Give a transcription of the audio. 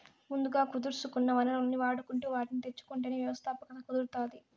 ముందుగా కుదుర్సుకున్న వనరుల్ని వాడుకుంటు వాటిని తెచ్చుకుంటేనే వ్యవస్థాపకత కుదురుతాది